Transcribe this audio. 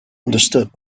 understood